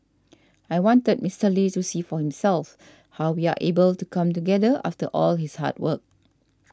I wanted Mister Lee to see for himself how we are able to come together after all his hard work